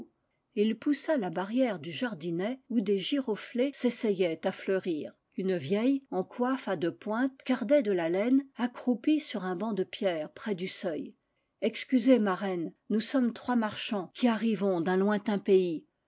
et il poussa la barrière du jardinet où des giroflées s'es sayaient à fleurir une vieille en coiffe à deux pointes cardait de la laine accroupie sur un banc de pierre près du seuil excusez marraine nous sommes trois marchands qui arrivons d'un lointain pays